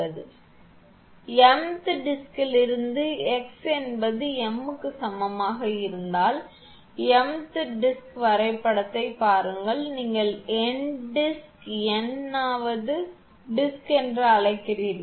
M th டிஸ்கில் இருந்து x என்பது m க்கு சமமாக இருந்தால் m th டிஸ்கிக்கு வரைபடத்தைப் பாருங்கள் நீங்கள் n டிஸ்க் எண் n வது டிஸ்க் என்று அழைக்கப்படுகிறீர்கள்